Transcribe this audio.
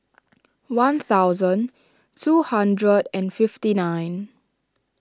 one thousand two hundred and fifty nine